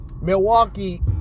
Milwaukee